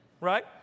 Right